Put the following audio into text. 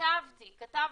כתבתי הכול.